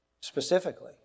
Specifically